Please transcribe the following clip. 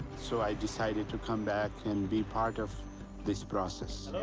so i decided to come back and be part of this process.